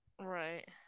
Right